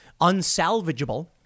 unsalvageable